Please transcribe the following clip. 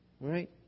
Right